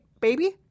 baby